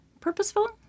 purposeful